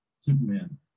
Superman